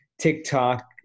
TikTok